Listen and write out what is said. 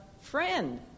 friend